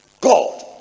god